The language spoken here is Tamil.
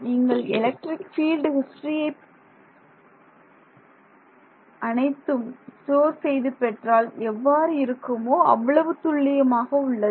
நீங்கள் எலக்ட்ரிக் ஃபீல்ட் ஹிஸ்டரியை அனைத்தும் ஸ்டோர் செய்து பெற்றால் எவ்வாறு இருக்குமோ அவ்வளவு துல்லியமாக உள்ளது